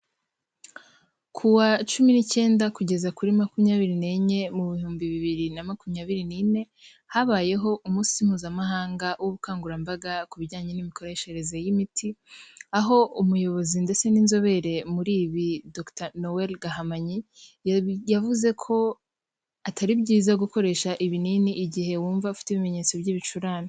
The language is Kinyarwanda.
Ku wa cumi n nicyenda kugeza kuri makumyabiri n'enye mu bihumbi bibiri na makumyabiri nine habayeho umunsi mpuzamahanga w'ubukangurambaga ku bijyanye n'imikoreshereze y'imiti aho umuyobozi ndetse n'inzobere muri ibi dr noel gahamanyi yavuze ko atari byiza gukoresha ibinini igihe wumva afite ibimenyetso by'ibicurane.